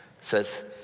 says